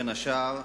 בין השאר,